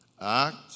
act